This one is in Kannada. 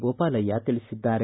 ಗೋಪಾಲಯ್ಯ ತಿಳಿಸಿದ್ದಾರೆ